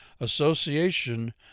Association